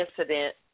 incident